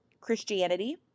Christianity